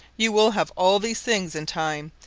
you will have all these things in time,